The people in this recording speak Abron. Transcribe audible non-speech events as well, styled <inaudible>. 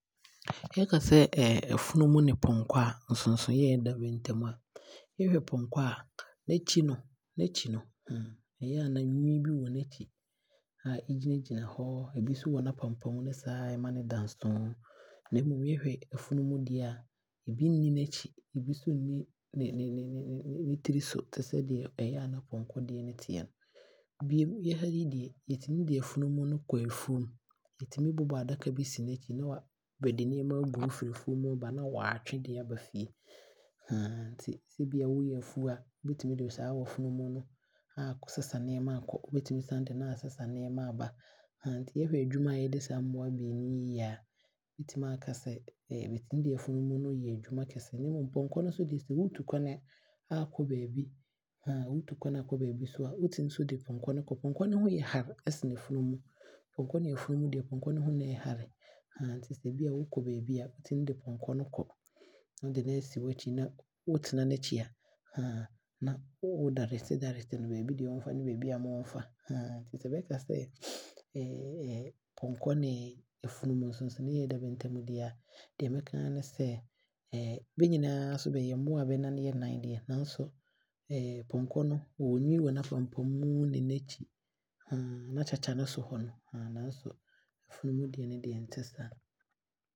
Bɛkasɛ <hesitation> afunumu ne pɔnkɔ a nsonsonoeɛ a ɔda bɛntam a mehwɛ pɔnkɔ a n’akyi no ɛyɛ a na nwii bi ya n’akyi hɔ ne n’apampam a ɛgyina gyina hɔ saa a ɛma no da nso. Na mmom yɛhwɛ afunumu a ebi nni n’akyi ne ne tiri so tesɛ nea pɔnkɔ deɛ no teɛ no. Bio, yɛ ha yi deɛ yɛtumi de afunumu no kɔ afuom. Yɛtumi bobɔ adaka bi si n’akyi na bɛde nneɛma aagum firi afuom reba fie na waatwe de aaba fie <hesitation> nti wokyɛ afuo a wobɛtumi de saa afunumu aakɔsesa nneɛma aakɔ san de no aasesa nneɛma de aaba <hesitation> nti yɛhwɛ adwuma yɛde saa mmoa mmienu yi yɛ a yɛbɛtumi aakasɛ yɛbɛtumi de afunumu de afunumu no aayɛ adwuma kese. Nanso pɔnkɔ ne deɛ ne sɛ wootu kwane aakɔ baabi <hesitation> wootu kwane aakɔ baabi nso a wobɛtumi de pɔnkɔ no aakɔ. Pɔnkɔ no ho yɛ hare sene afunumu no. Pɔnkɔ ne afunumu deɛ pɔnkɔ no ho yɛ hare sene afunumu no. <hesitation> nti bia wookɔ baabi a wotumi de pɔnkɔ no kɔ na waatena n’akyi na woakyerɛkyerɛ no kwane, baabi deɛ ɔmfa ne baabi deɛ ma ɔɔmfa <hesitation> nti bɛkasɛ <noise> <hesitation> pɔnkɔ na afunumu nsonsonoeɛ a ɔdam dea, deɛ mɛka ne sɛ benyinaa bɛyɛ mmoa a bɛnane yɛ nnan deɛ nanso <hesitation> pɔnkɔ no deɛ ɔwɔ nwii wɔ n’akyi ne n’apampam na ɔwɔ akyakya nso nanso afunumu no deɛ nte saa.